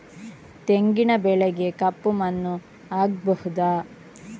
ತೆಂಗಿನ ಬೆಳೆಗೆ ಕಪ್ಪು ಮಣ್ಣು ಆಗ್ಬಹುದಾ?